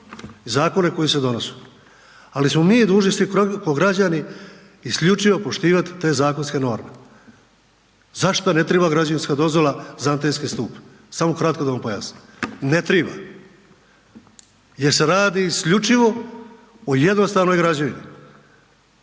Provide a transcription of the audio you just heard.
zakone koji se donose, ali smo mi dužni svi kao građani isključivo poštivati te zakonske norme. Zašto ne treba građevinska dozvola za antenski stup? Samo kratko da vam pojasni. Ne treba. Jer se radi isključivo o jednostavnoj građevini.